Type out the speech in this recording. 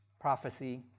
prophecy